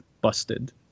busted